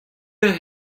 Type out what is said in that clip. eur